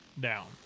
down